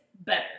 better